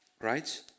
right